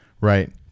Right